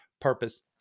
purpose